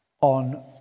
on